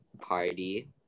party